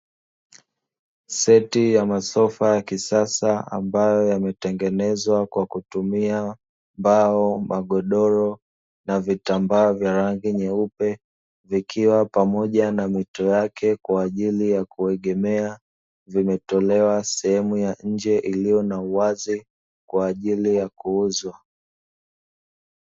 Seti ya masofa ya kisasa, ambayo yametengenezwa kwa kutumia mbao, magodoro, na vitambaa vya rangi nyeupe, vikiwa pamoja na mito yake kwa ajili ya kuegemea. Vimetolewa sehemu ya nje iliyo na uwazi, kwa ajili ya kuuzwa.